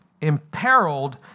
imperiled